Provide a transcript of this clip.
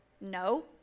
no